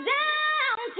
down